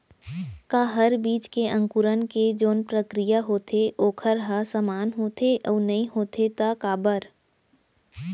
का हर बीज के अंकुरण के जोन प्रक्रिया होथे वोकर ह समान होथे, अऊ नहीं होथे ता काबर?